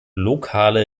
lokale